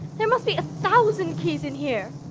there must be a thousand keys in here.